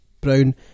Brown